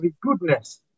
goodness